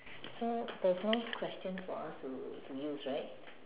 so there's no question for us to to use right